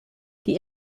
die